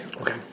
Okay